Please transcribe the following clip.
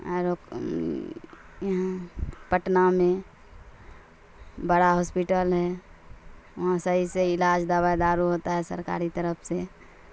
اور ایک یہاں پٹنہ میں بڑا ہاسپٹل ہے وہاں صحیح سے علاج دوا دارو ہوتا ہے سرکار کی طرف سے